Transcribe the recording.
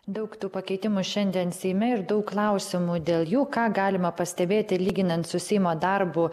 daug tų pakeitimų šiandien seime ir daug klausimų dėl jų ką galima pastebėti lyginant su seimo darbu